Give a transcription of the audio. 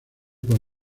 con